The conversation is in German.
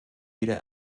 wieder